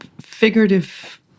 figurative